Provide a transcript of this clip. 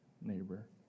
neighbor